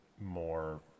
more